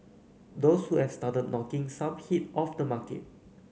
those who at started knocking some heat off the market